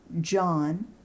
John